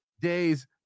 days